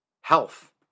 health